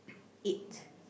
eight